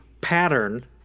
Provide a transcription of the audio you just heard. pattern